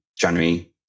January